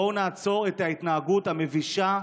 בואו נעצור את ההתנהגות המבישה,